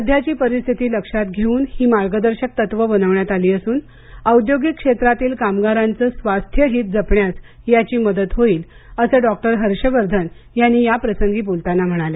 सध्याची परिस्थिती लक्षात घेवून ही मार्गदर्शक तत्वे बनवण्यात आली असून औद्योगीक क्षेत्रातील कामगारांच स्वस्थ हित जपण्यास याची मदत होईल असं डॉक्टर हर्षवर्धन याप्रसंगी बोलताना म्हणाले